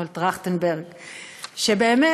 לא, האמת,